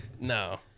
No